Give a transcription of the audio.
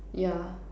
yeah